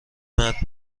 مرد